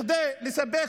הקימה